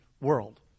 world